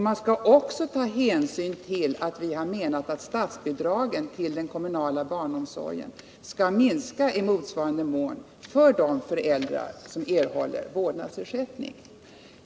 Man skall också ta hänsyn till att statsbidragen till den kommunala barnomsorgen enligt vår mening bör minska i motsvarande mån för de föräldrar som erhåller vårdnadsersättning.